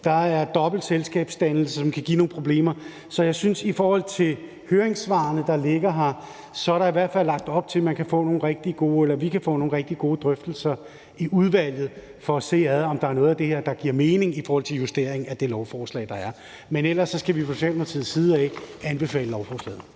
siger, at dobbelt selskabsdannelse kan give nogle problemer. Så jeg synes i forhold til høringssvarene, der ligger her, at der i hvert fald er lagt op til, at vi kan få nogle rigtig gode drøftelser i udvalget for at se, om der er noget af det her, der giver mening med henblik på en justering af det lovforslag, der ligger. Men ellers skal vi fra Socialdemokratiets side anbefale lovforslaget.